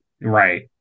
Right